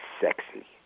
sexy